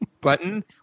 button